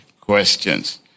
questions